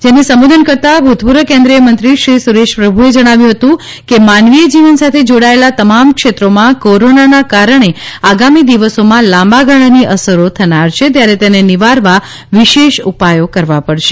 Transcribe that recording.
જેને સંબોધન કરતાં ભુતપૂર્વ કેન્દ્રીય મંત્રી શ્રી સુરેશ પ્રભુએ જણાવ્યુ હતું કે માનવીય જીવન સાથે જોડાયેલા તમામ ક્ષેત્રોમાં કોરોના ના કારણે આગામી દિવસોમાં લાંબા ગાળાની અસરો થનાર છે ત્યારે તેને નિવારવા વિશેષ ઉપાયો કરવા પડશે